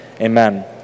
Amen